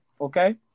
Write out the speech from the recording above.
okay